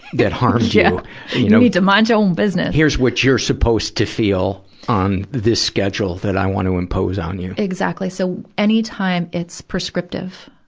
that harmed you. you know need to mind your own business! here's what you're supposed to feel on this schedule that i want to impose on you. exactly. so, anytime it's prescriptive,